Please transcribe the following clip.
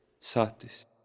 Satis